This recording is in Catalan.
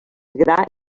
gra